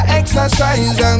exercise